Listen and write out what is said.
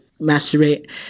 masturbate